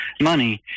money